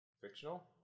Fictional